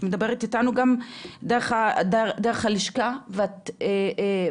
את מדברת איתנו גם דרך הלשכה ואת ותומר,